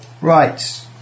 Right